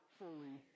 fully